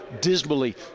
dismally